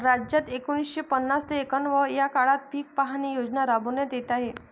राज्यात एकोणीसशे पन्नास ते एकवन्न या काळात पीक पाहणी योजना राबविण्यात येत आहे